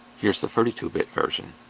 here's the thirty two bit version.